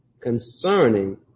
concerning